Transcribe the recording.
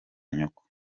nyoko